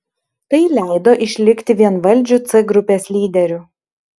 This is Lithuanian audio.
tai leido išlikti vienvaldžiu c grupės lyderiu